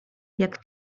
jak